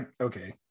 okay